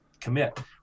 commit